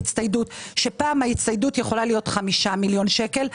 פעם ההצטיידות יכולה להיות 5 מיליון שקלים,